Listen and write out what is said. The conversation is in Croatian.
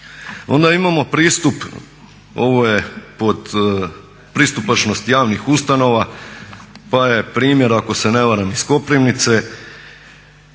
Onda imamo pristup, ovo je pod pristupačnost javnih ustanova pa je primjer ako se ne varam iz Koprivnice,